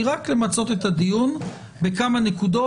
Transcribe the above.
היא רק למצות את הדיון בכמה נקודות.